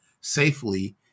safely